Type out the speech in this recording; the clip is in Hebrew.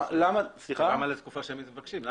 למה לתקופה שהם מבקשים.